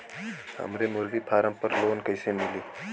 हमरे मुर्गी फार्म पर लोन कइसे मिली?